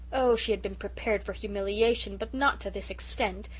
oh, she had been prepared for humiliation but not to this extent!